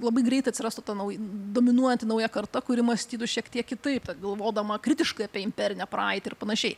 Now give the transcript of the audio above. labai greit atsirastų ta nauji dominuojanti nauja karta kuri mąstytų šiek tiek kitaip galvodama kritiškai apie imperinę praeitį ir panašiai